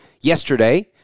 yesterday